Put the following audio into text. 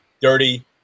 dirty